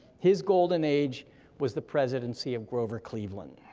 his golden age was the presidency of grover cleveland.